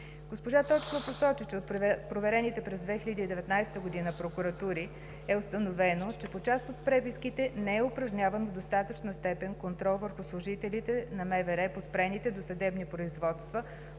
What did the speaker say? Госпожа Точкова посочи, че от проверените през 2019 г. прокуратури е установено, че по част от преписките не е упражняван в достатъчна степен контрол върху служителите на МВР по спрените досъдебни производства